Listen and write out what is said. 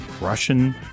Russian